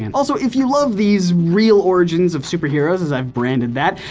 and also, if you love these real origins of superheroes as i've branded that,